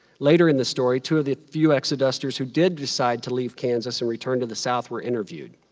later in the story, two of the few exodusters who did decide to leave kansas and return to the south were interviewed.